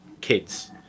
kids